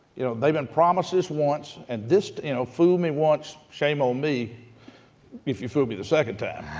you know, they've been promised this once, and this this you know fool me once, shame on me if you fool me the second time.